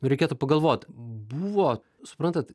reikėtų pagalvot buvo suprantat